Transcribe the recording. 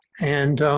and